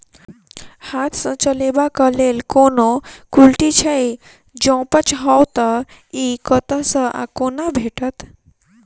हाथ सऽ चलेबाक लेल कोनों कल्टी छै, जौंपच हाँ तऽ, इ कतह सऽ आ कोना भेटत?